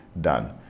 done